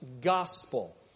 gospel